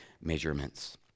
measurements